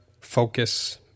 focus